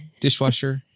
dishwasher